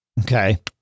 Okay